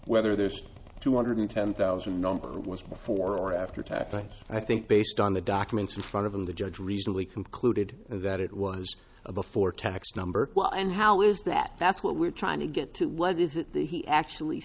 whether there's two hundred ten thousand number was before or after tax but i think based on the documents in front of them the judge reasonably concluded that it was a before tax number well and how is that that's what we're trying to get to what is it that he actually